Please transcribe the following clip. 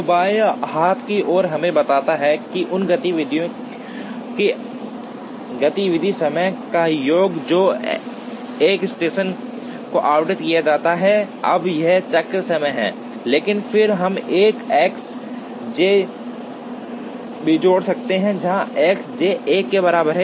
तो बाएं हाथ की ओर हमें बताता है उन गतिविधियों के गतिविधि समय का योग जो एक स्टेशन को आवंटित किया जाता है अब यह चक्र समय है लेकिन फिर हम एक एस जे भी जोड़ सकते हैं जहां एस जे 1 के बराबर है